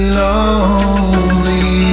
lonely